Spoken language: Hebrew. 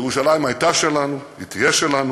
ירושלים הייתה שלנו, היא תהיה שלנו.